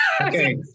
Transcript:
Okay